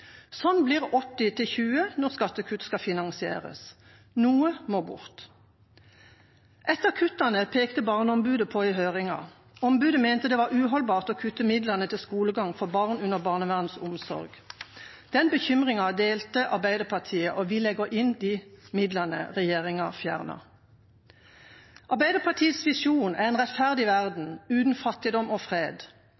Sånn blir 80 til 20 når skattekutt skal finansieres. Noe må bort. Et av kuttene pekte Barneombudet på i høringen. Ombudet mente det var uholdbart å kutte i midlene til skolegang for barn under barnevernets omsorg. Den bekymringen delte Arbeiderpartiet, og vi legger inn de midlene regjeringa fjerner. Arbeiderpartiets visjon er en rettferdig verden